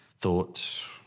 thoughts